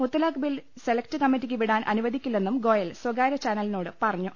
മുത്തലാഖ് bill select കമ്മറ്റിക്ക് വിടാൻ അനുവദിക്കില്ലെന്നും ഗോയൽ സ്വകാര്യചാനലിനോട് പറഞ്ഞു